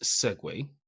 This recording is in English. segue